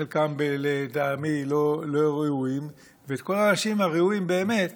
חלקם לטעמי לא ראויים, ואת כל האנשים הראויים באמת